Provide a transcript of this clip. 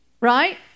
Right